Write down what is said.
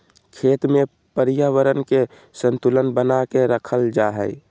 खेत में पर्यावरण के संतुलन बना के रखल जा हइ